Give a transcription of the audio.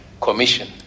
commission